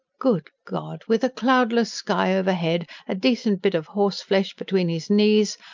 good god! with a cloudless sky overhead, a decent bit of horseflesh between his knees,